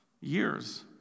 years